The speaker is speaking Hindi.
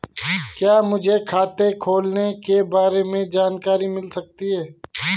क्या मुझे खाते खोलने के बारे में जानकारी मिल सकती है?